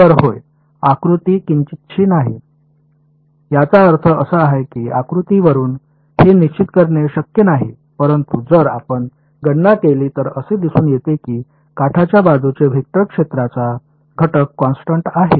तर होय आकृती किंचितशी नाही याचा अर्थ असा आहे जे आकृतीवरून हे निश्चित करणे शक्य नाही परंतु जर आपण गणना केली तर असे दिसून येते की काठाच्या बाजूने वेक्टर क्षेत्राचा घटक कॉन्स्टन्ट आहे